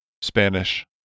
Spanish